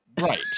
Right